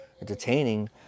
entertaining